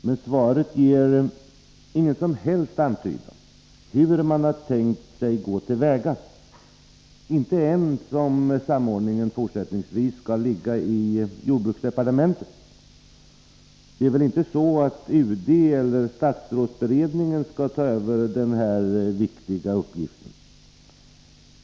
Men svaret ger ingen som helst antydan om hur man har tänkt sig gå till väga. Man talar inte ens om huruvida samordningen fortsättningsvis skall ligga hos jordbruksdepartementet. Det är väl inte så att UD eller statsrådsberedningen skall ta över denna viktiga uppgift?